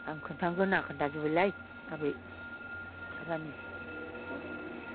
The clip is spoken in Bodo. आं खोन्थागोना खोन्थाजोब बायलै आबै रानि